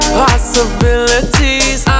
possibilities